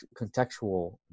contextual